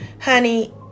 Honey